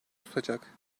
tutacak